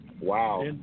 Wow